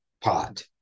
pot